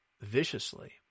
viciously